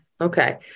Okay